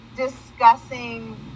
discussing